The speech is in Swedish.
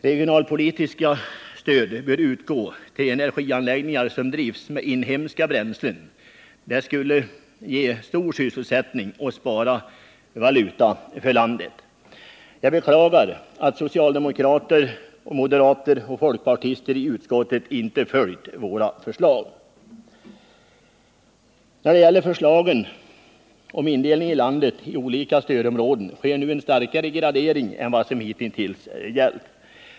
Regionalpolitiskt stöd bör utgå till energianläggningar som drivs med inhemska bränslen. Det skulle ge stor sysselsättning och spara valuta för landet. Jag beklagar att socialdemokraterna, moderaterna och folkpartisterna i utskottet ej följt våra förslag. I förslaget om indelning av landet i olika stödområden sker nu en starkare gradering än vad som hittills gällt.